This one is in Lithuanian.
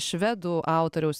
švedų autoriaus